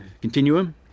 Continuum